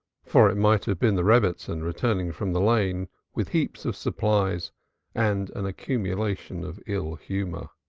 for it might have been the rebbitzin returning from the lane with heaps of supplies and an accumulation of ill-humor.